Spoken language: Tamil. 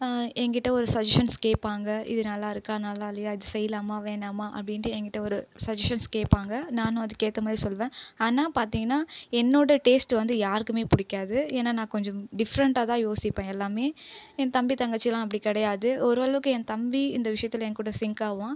ஏங்கிட்ட ஒரு சஜ்ஜஷன்ஸ் கேட்பாங்க இது நல்லா இருக்கா நல்லா இல்லையா இது செய்யலாமா வேணாமா அப்படின்ட்டு ஏங்கிட்ட ஒரு சஜ்ஜஷன்ஸ் கேட்பாங்க நானும் அதுக்கேற்ற மாதிரி சொல்லுவேன் ஆனால் பார்த்தீங்கன்னா என்னோடய டேஸ்ட் வந்து யாருக்குமே பிடிக்காது ஏன்னால் நான் கொஞ்சம் டிஃப்ரெண்ட்டாக தான் யோசிப்பேன் எல்லாமே என் தம்பி தங்கச்சிலாம் அப்படி கிடையாது ஒரு அளவுக்கு என் தம்பி இந்த விஷயத்துல என் கூட சிங்க் ஆவான்